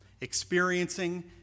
experiencing